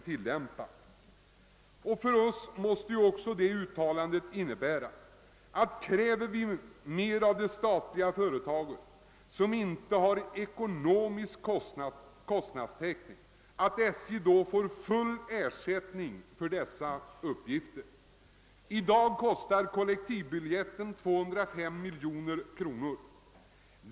Detta uttalande måste också innebära att åt SJ, om vi kräver mer av det statliga företaget, ges full ekonomisk täckning för ökade utgifter; i detta sammanhang skall jag senare återkomma angående stationerna. I dag belöper sig kollektivbiljetten till 205 miljoner kronor.